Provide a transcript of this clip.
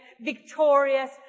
victorious